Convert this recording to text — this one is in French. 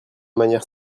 manière